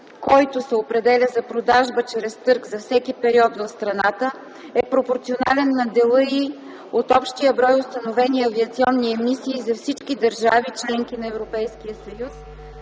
който се определя за продажба чрез търг за всеки период в страната, е пропорционален на дела й от общия брой установени авиационни емисии за всички държави – членки на Европейския съюз,